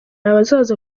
abaza